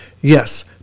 Yes